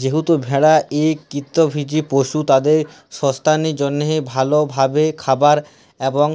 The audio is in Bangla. যেহেতু ভেড়া ইক তৃলভজী পশু, তাদের সাস্থের জনহে ভাল ভাবে খাবার এবং